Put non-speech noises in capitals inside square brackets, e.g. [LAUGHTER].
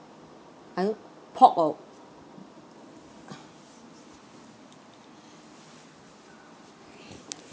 un~ pork or [BREATH]